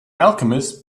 alchemist